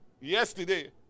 yesterday